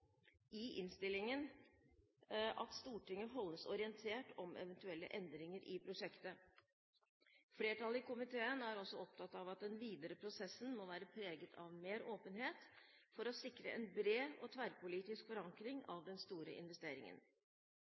i innstillingen at Stortinget holdes orientert om eventuelle endringer i prosjektet. Flertallet i komiteen er også opptatt av at den videre prosessen må være preget av mer åpenhet for å sikre en bred og tverrpolitisk forankring av den store investeringen.